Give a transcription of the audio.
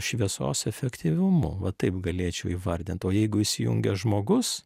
šviesos efektyvumu va taip galėčiau įvardint o jeigu įsijungia žmogus